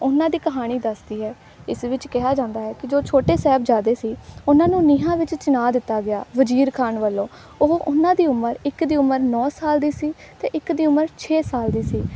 ਉਹਨਾਂ ਦੀ ਕਹਾਣੀ ਦੱਸਦੀ ਹੈ ਇਸ ਵਿੱਚ ਕਿਹਾ ਜਾਂਦਾ ਹੈ ਕਿ ਜੋ ਛੋਟੇ ਸਾਹਿਬਜ਼ਾਦੇ ਸੀ ਉਹਨਾਂ ਨੂੰ ਨੀਹਾਂ ਵਿੱਚ ਚਿਣਵਾ ਦਿੱਤਾ ਗਿਆ ਵਜ਼ੀਰ ਖਾਨ ਵੱਲੋਂ ਉਹ ਉਹਨਾਂ ਦੀ ਉਮਰ ਇੱਕ ਦੀ ਉਮਰ ਨੌਂ ਸਾਲ ਦੀ ਸੀ ਅਤੇ ਇੱਕ ਦੀ ਉਮਰ ਛੇ ਸਾਲ ਦੀ ਸੀ